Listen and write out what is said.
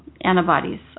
antibodies